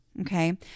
Okay